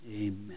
Amen